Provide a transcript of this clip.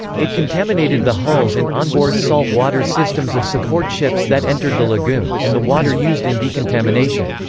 it contaminated the hulls and onboard salt water systems of support ships that entered the lagoon, and the water used in decontamination.